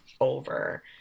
over